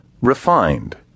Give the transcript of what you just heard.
Refined